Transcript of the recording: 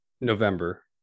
November